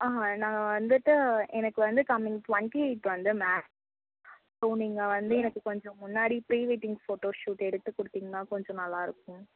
ஆ நான் வந்துவிட்டு எனக்கு வந்து கம்மிங் ட்வெண்டி எய்த் வந்து மேரேஜ் ஸோ நீங்கள் வந்து எனக்கு கொஞ்சம் முன்னாடி ப்ரீ வெட்டிங் ஃபோட்டோ சூட் எடுத்து கொடுத்தீங்கன்னா கொஞ்சம் நல்லா இருக்கும்